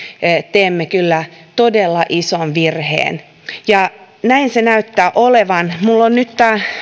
teemme kyllä todella ison virheen ja näin näyttää olevan minulla on nyt